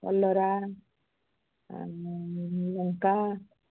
କଲରା ଲଙ୍କା